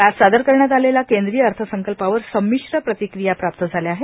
आज सादर करण्यात आलेल्या केंद्रीय अर्थसंकल्पावर समीश्र प्रतिक्रिया प्राप्त झाल्या आहेत